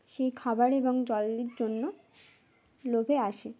সেই খাবার এবং জলের জন্য লোভে আসে